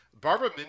Barbara